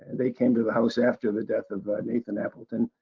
they came to the house after the death of but nathan appleton.